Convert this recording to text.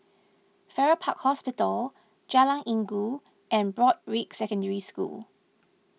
Farrer Park Hospital Jalan Inggu and Broadrick Secondary School